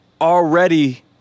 already